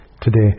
today